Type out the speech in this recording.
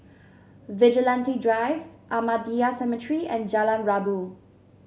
Vigilante Drive Ahmadiyya Cemetery and Jalan Rabu